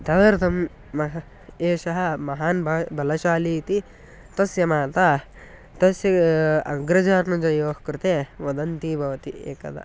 तदर्थं महान् एषः महान् ब बलशाली इति तस्य माता तस्य अग्रजानुजयोः कृते वदन्ती भवति एकदा